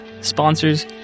sponsors